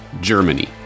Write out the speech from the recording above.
Germany